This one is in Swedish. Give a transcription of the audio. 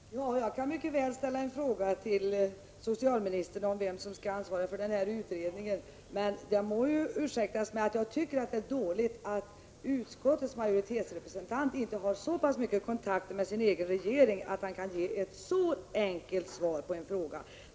Herr talman! Jag kan mycket väl ställa en fråga till socialministern om vem som skall ha ansvaret för denna utredning, men det må ursäktas mig om jag tycker att det är dåligt att utskottsmajoritetens representant inte har så pass mycket kontakter med sin egen regering att han kan ge ett enkelt svar på en fråga.